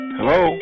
Hello